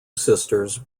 sisters